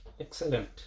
excellent